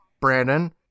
Brandon